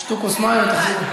שתו כוס מים ותחזרו.